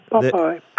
Bye-bye